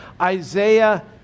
Isaiah